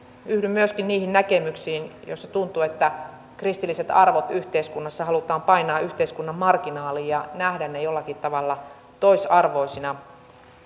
yhdyn myöskin niihin näkemyksiin joissa tuntuu että kristilliset arvot yhteiskunnassa halutaan painaa yhteiskunnan marginaaliin ja nähdä ne jollakin tavalla toisarvoisina